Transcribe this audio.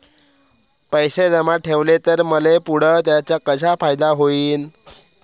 पैसे जमा ठेवले त मले पुढं त्याचा कसा फायदा होईन?